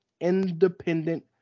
independent